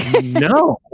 No